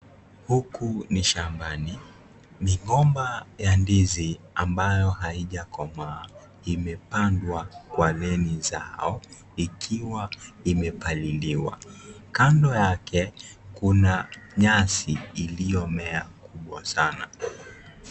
Huku ni shambani, migomba ya ndizi, ambayo haijakomaa imepandwa kwa laini zao ikiwa imepandiliwa. Kando yake Kuna nyasi iliyo mea kwa sana.